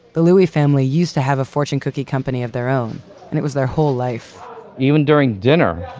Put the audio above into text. the louie family used to have a fortune cookie company of their own and it was their whole life even during dinner,